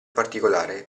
particolare